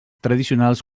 tradicionals